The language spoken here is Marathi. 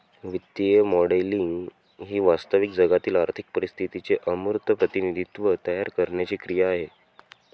वित्तीय मॉडेलिंग ही वास्तविक जगातील आर्थिक परिस्थितीचे अमूर्त प्रतिनिधित्व तयार करण्याची क्रिया आहे